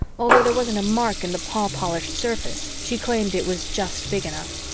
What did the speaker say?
although there wasn't a mark in the paw-polished surface, she claimed it was just big enough.